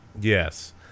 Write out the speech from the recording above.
yes